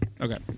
Okay